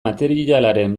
materialaren